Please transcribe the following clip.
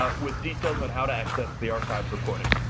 ah with details on how to access the archived recording.